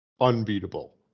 unbeatable